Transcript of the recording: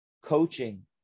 coaching